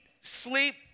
sleep